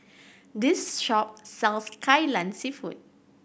this shop sells Kai Lan Seafood